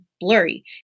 blurry